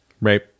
right